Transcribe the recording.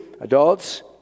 adults